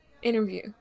interview